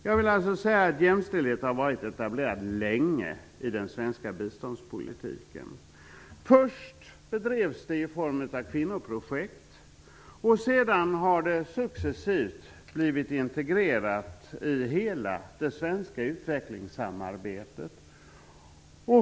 Jag vill alltså säga att jämställdhet har varit etablerad länge i den svenska biståndspolitiken. Först bedrevs den i form av kvinnoprojekt, och sedan har den successivt blivit integrerad i hela det svenska utvecklingssamarbetet.